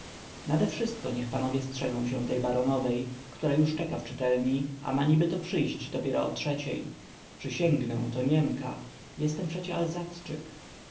nadewszystko niech panowie strzegą się tej baronowej która już czeka w czytelni a ma niby to przyjść dopiero o trzeciej przysięgnę to niemka jestem przecie